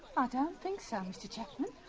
i don't think so, mr chapman.